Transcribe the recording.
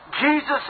Jesus